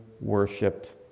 worshipped